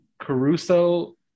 Caruso